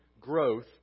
growth